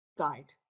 guide